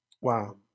Wow